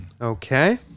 Okay